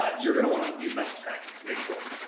ah you're going to want to use message text to make sure,